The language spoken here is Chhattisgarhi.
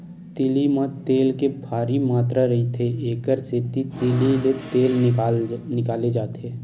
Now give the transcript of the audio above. तिली म तेल के भारी मातरा रहिथे, एकर सेती तिली ले तेल निकाले जाथे